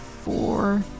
Four